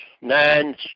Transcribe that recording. nine